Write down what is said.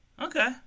Okay